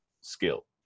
skill